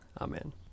Amen